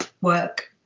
work